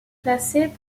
classée